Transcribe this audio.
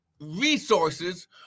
resources